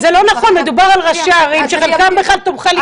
מדובר על ראשי ערים שחלקם בכלל תומכי ליכוד.